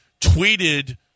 tweeted